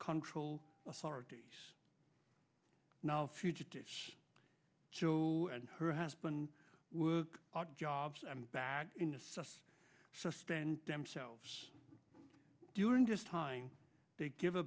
control authorities now fugitives show and her husband work odd jobs i'm back in the sus stand themselves during this time they give a